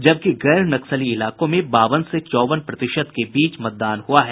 जबकि गैर नक्सली इलाकों में बावन से चौवन प्रतिशत के बीच मतदान हुआ है